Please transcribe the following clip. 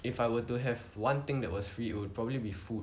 if I were to have one thing that was free it would probably be food